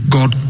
God